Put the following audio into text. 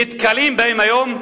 נתקלים בהם היום,